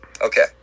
Okay